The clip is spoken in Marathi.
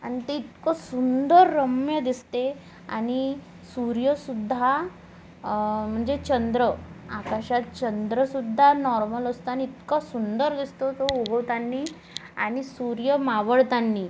अन् ते इतकं सुंदर रम्य दिसते आणि सूर्यसुद्धा म्हणजे चंद्र आकाशात चंद्रसुद्धा नॉर्मल असताना इतका सुंदर दिसतो तो उगताना आणि सूर्य मावळतांना